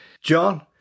John